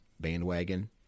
bandwagon